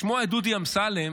לשמוע את דודי אמסלם